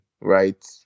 right